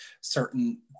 certain